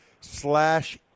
slash